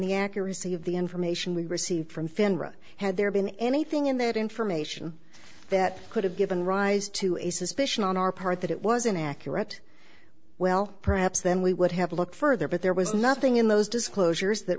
the accuracy of the information we received from finra had there been anything in that information that could have given rise to a suspicion on our part that it was inaccurate well perhaps then we would have to look further but there was nothing in those disclosures that